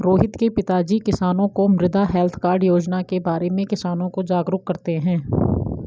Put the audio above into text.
रोहित के पिताजी किसानों को मृदा हैल्थ कार्ड योजना के बारे में किसानों को जागरूक करते हैं